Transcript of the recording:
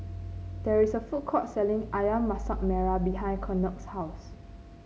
there is a food court selling ayam Masak Merah behind Kennard's house